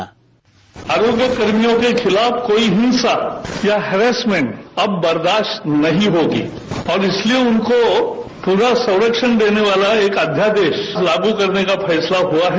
sound bite आरोग्य कर्मियों के खिलाफ कोई हिंसा या हैरैस्मेन्ट अब बर्दाश्त नहीं होगी और इसलिये उनको पूरा संरक्षण देने वाला एक अध्यादेश लागू करने का फैसला हुआ है